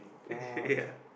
ya